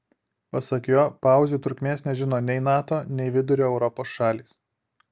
pasak jo pauzių trukmės nežino nei nato nei vidurio europos šalys